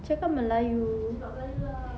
cakap melayu